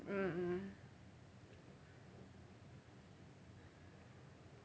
mm mm